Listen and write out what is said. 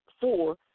four